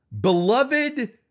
beloved